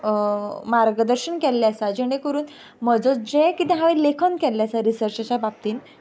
मार्गदर्शन केल्लें आसा जेणे करून म्हजें जें किदें हांवें लेखन केल्लें आसा रिसर्चाच्या भारतान